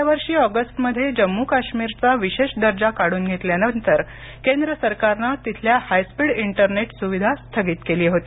गेल्या वर्षी ऑगस्टमध्ये जम्मू काश्मीरचा विशेष दर्जा काढून घेतल्यावर केंद्र सरकारने तेथील हायस्पीड इंटरनेट सुविधा स्थगित केली होती